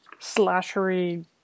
slashery